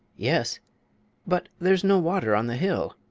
yes but there's no water on the hill,